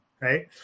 right